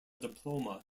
diploma